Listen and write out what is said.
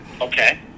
Okay